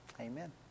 Amen